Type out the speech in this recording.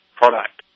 product